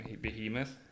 behemoth